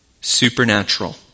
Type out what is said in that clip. supernatural